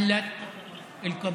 שכונה 36,